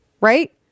Right